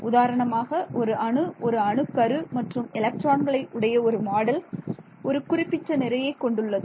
உதாரணமாக ஒரு அணு ஒரு அணுக்கரு மற்றும் எலக்ட்ரான்களை உடைய ஒரு மாடல் ஒரு குறிப்பிட்ட நிறையை கொண்டு உள்ளது